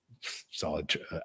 solid